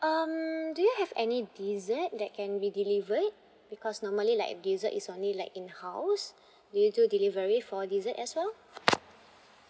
um do you have any dessert that can be delivered because normally like dessert is only like in house do you do delivery for dessert as well